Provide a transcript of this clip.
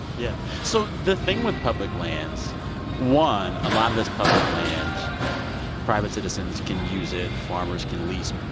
yeah. so the thing with public lands one, a lot of this public land private citizens can use it. farmers can lease,